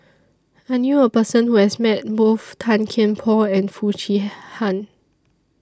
I knew A Person Who has Met Both Tan Kian Por and Foo Chee Han